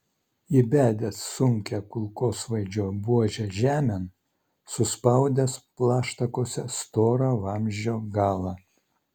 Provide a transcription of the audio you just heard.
įbedęs sunkią kulkosvaidžio buožę žemėn suspaudęs plaštakose storą vamzdžio galą